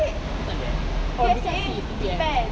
takde eh